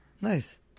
Nice